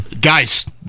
Guys